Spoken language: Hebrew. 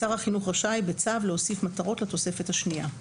שר החינוך רשאי בצו להוסיף מטרות לתוספת השנייה.